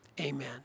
amen